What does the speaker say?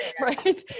right